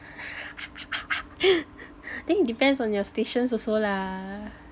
then it depends on your station also lah